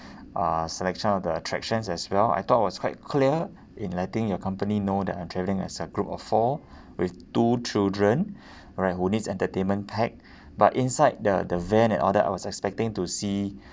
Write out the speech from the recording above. uh selection of the attractions as well I thought I was quite clear in letting you company know that I'm travelling as a group of four with two children alright who needs entertainment pack but inside the the van and all that I was expecting to see